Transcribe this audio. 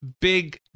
big